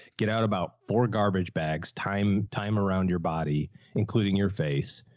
get out about four garbage bags, time, time around your body including your face.